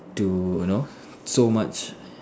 to you know so much